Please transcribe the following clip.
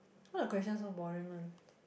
why the question so boring one